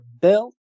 belt